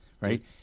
right